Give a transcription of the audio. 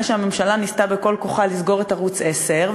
שהממשלה ניסתה בכל כוחה לסגור את ערוץ 10,